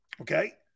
Okay